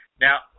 now